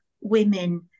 women